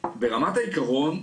ברמת העיקרון,